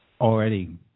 already